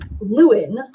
Lewin